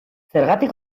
zergatik